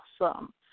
awesome